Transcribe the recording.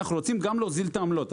אנו רוצים גם להוזיל את העמלות.